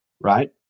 right